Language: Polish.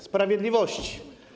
Sprawiedliwości.